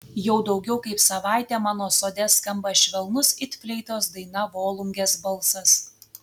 jau daugiau kaip savaitė mano sode skamba švelnus it fleitos daina volungės balsas